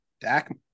Dak